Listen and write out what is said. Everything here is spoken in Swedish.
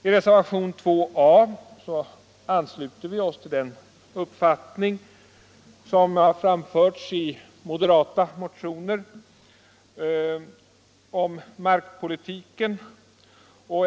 I reservationen 2 a ansluter vi oss till den uppfattning som har framförts i moderatmotioner om markpolitiken.